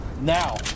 now